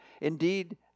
Indeed